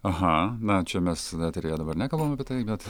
aha na čia mes eteryje dabar nekalbam apie tai bet